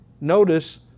Notice